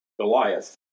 Goliath